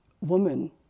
woman